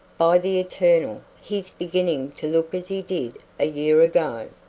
by the eternal, he's beginning to look as he did a year ago.